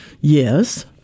Yes